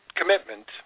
commitment